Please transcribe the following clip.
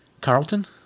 Carlton